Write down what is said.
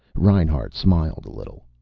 reinhart smiled a little.